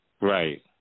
Right